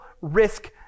risk